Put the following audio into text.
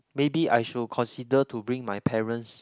maybe I should consider to bring my parents